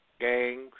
gangs